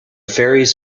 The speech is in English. faeries